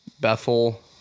bethel